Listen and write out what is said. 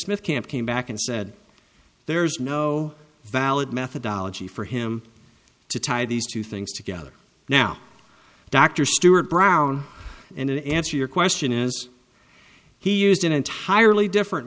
smith camp came back and said there's no valid methodology for him to tie these two things together now dr stuart brown and answer your question is he used an entirely different